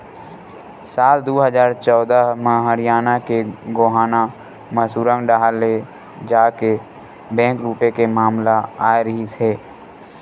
साल दू हजार चौदह म हरियाना के गोहाना म सुरंग डाहर ले जाके बेंक लूटे के मामला आए रिहिस हे